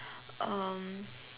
um